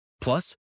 Plus